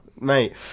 mate